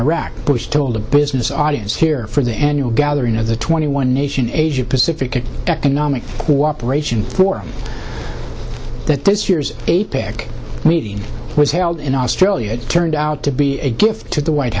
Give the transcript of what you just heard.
iraq bush told a business audience here for the annual gathering of the twenty one nation asia pacific economic cooperation for that this year's apec meeting was held in australia it turned out to be a gift to the white